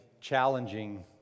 challenging